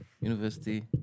university